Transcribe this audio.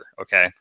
okay